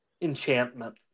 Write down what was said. Enchantment